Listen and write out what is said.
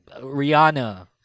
Rihanna